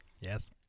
Yes